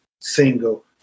single